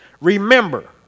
Remember